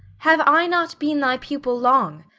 have i not been thy pupil long?